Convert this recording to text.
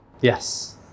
Yes